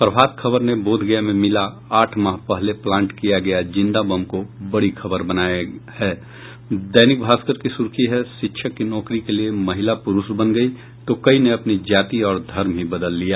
प्रभात खबर ने बोधगया में मिला आठ माह पहले प्लांट किया गया जिंदा बम को बड़ी खबर बनाया है दैनिक भास्कर की सुर्खी है शिक्षक की नौकरी के लिये महिला पुरूष बन गई तो कई ने अपनी जाति और धर्म ही बदल लिया